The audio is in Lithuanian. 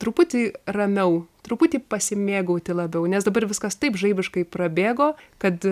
truputį ramiau truputį pasimėgauti labiau nes dabar viskas taip žaibiškai prabėgo kad